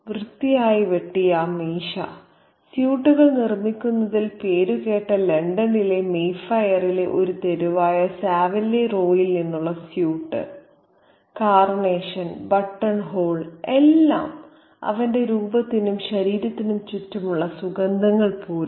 വൃത്തിയായി വെട്ടിയ ആ മീശ സ്യൂട്ടുകൾ നിർമ്മിക്കുന്നതിൽ പേരുകേട്ട ലണ്ടനിലെ മെയ്ഫെയറിലെ ഒരു തെരുവായ സാവില്ലെ റോയിൽ നിന്നുള്ള സ്യൂട്ട് കാർണേഷൻ ബട്ടൺഹോൾ എല്ലാം അവന്റെ രൂപത്തിനും ശരീരത്തിനും ചുറ്റുമുള്ള സുഗന്ധങ്ങൾ പോലും